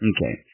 Okay